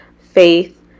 faith